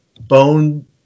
bone